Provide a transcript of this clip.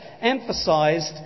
emphasised